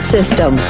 System